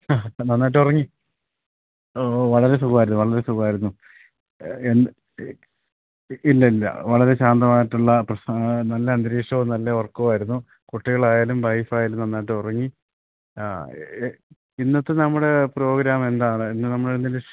ആ നന്നായിട്ടുറങ്ങി വളരെ സുഖമായിരുന്നു വളരെ സുഖമായിരുന്നു എന്ത് ഇല്ല ഇല്ല വളരെ ശാന്തമായിട്ടുള്ള പ്രശ്നങ്ങളോ നല്ല അന്തരീക്ഷവും നല്ല ഉറക്കവും ആയിരുന്നു കുട്ടികളായാലും വൈഫായാലും നന്നായിട്ട് ഉറങ്ങി ആ ഇന്നത്തെ നമ്മുടെ പ്രോഗ്രാം എന്താണ് ഇന്നു നമ്മള് എന്തിൻ്റെ